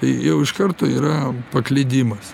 tai jau iš karto yra paklydimas